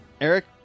Eric